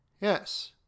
Yes